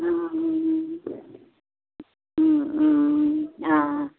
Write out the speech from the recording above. आं